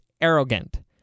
arrogant